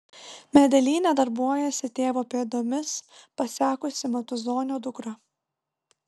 medelyne darbuojasi tėvo pėdomis pasekusi matuzonio dukra